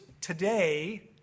today